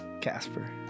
Casper